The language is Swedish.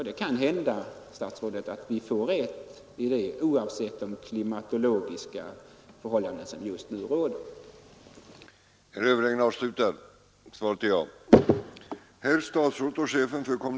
Det kan hända, herr statsrådet, att vi får rätt i det, även om den dåliga starten kan förklaras av de olyckliga klimatförhållanden som har rått.